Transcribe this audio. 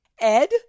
Ed